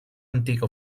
antiga